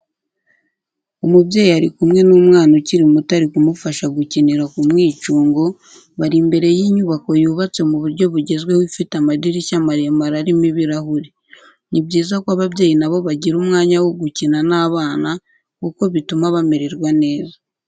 Umubyeyi ari kumwe n'umwana ukiri muto ari kumufasha gukinira ku mwicungo, bari imbere y'inyubako yubatse mu buryo bugezweho ifite amadirishya maremare arimo ibirahuri. Ni byiza ko ababyeyi na bo bagira umwanya wo gukina n'abana kuko bituma bamererwa neza.